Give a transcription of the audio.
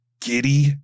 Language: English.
giddy